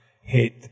hit